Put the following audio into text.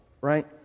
right